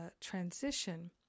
transition